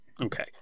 Okay